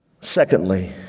Secondly